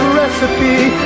recipe